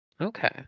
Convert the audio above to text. Okay